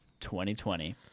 2020